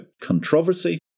controversy